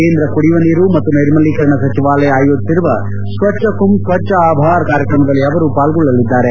ಕೇಂದ್ರ ಕುಡಿಯುವ ನೀರು ಮತ್ತು ನೈರ್ಮಲೀಕರಣ ಸಚಿವಾಲಯ ಆಯೋಜಿಸಿರುವ ಸ್ವಚ್ವ ಕುಂಭ್ ಸ್ವಚ್ವ ಆಭಾರ್ ಕಾರ್ಯಕ್ರಮದಲ್ಲಿ ಅವರು ಪಾಲ್ಗೊಳ್ಳಲಿದ್ದಾರೆ